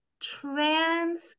trans